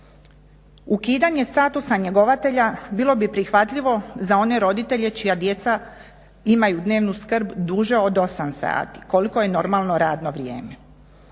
Ukidanje statusa njegovatelja bilo bi prihvatljivo za one roditelje čija djeca imaju dnevnu skrb duže od 8 sati koliko je normalno radno vrijeme.